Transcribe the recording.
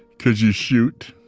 could you shoot?